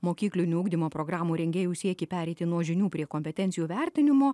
mokyklinių ugdymo programų rengėjų siekį pereiti nuo žinių prie kompetencijų vertinimo